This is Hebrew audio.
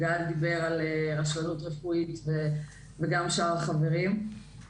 גל דיבר על רשלנות רפואית וגם שאר החברים.